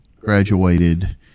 graduated